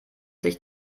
sich